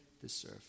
deserve